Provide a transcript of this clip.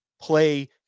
play